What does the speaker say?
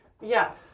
Yes